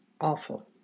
awful